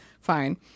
fine